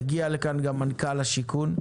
יגיע לכאן גם מנכ"ל משרד השיכון,